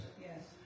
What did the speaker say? Yes